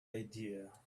idea